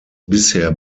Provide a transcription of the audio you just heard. bisher